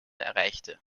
erreichte